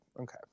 Okay